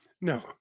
No